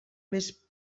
més